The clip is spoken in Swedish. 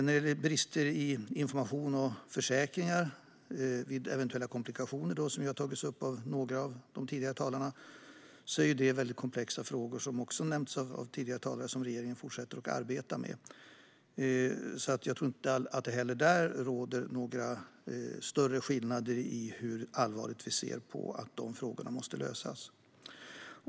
När det gäller brister i information om försäkringar vid eventuella komplikationer, vilket har tagits upp av några av de tidigare talarna, är det komplexa frågor - vilket också har nämnts av tidigare talare - som regeringen fortsätter att arbeta med. Jag tror inte att det heller där råder några större skillnader i hur allvarligt vi ser på att dessa frågor måste lösas.